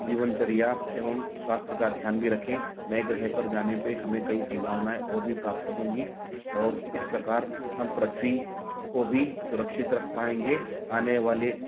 जीवनचर्या एवं स्वास्थ्य का ध्यान भी रखें नए ग्रह पे जाने में हमें कई सम्भावनाएं और भी प्राप्त होंगी और इस प्रकार हम पृथ्वी को भी सुरक्षित रख पाएंगे आने वाले